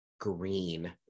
green